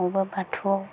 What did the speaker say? बबेबा बाथौआव